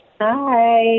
Hi